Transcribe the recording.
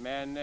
Men